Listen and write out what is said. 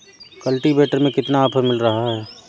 Cultivator में कितना offer मिल रहा है?